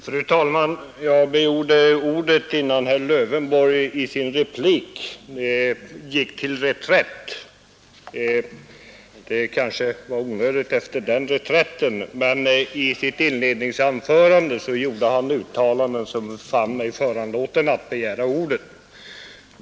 Fru talman! Jag begärde ordet innan herr Lövenborg i sin replik gick till reträtt. Det kanske var onödigt att jag tog till orda efter den reträtten, men i sitt inledningsanförande gjorde herr Lövenborg uttalanden som föranledde mig att begära ordet.